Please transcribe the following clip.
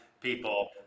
people